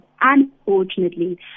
unfortunately